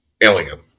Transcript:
Alien